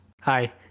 Hi